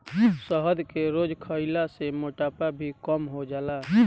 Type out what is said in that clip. शहद के रोज खइला से मोटापा भी कम हो जाला